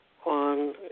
on